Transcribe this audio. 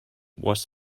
was